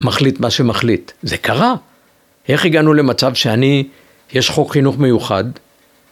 מחליט מה שמחליט, זה קרה איך הגענו למצב שאני.. יש חוק חינוך מיוחד